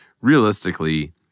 Realistically